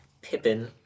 Pippin